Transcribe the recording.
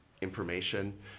information